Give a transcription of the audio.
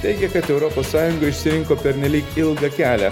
teigė kad europos sąjunga išsirinko pernelyg ilgą kelią